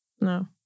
no